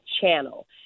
channel